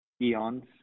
eons